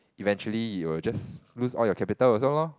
eventually you will just lose all your capital also lor